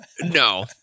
No